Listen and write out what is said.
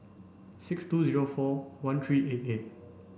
six two zero four one three eight eight